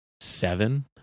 seven